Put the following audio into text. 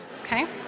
Okay